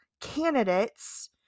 candidates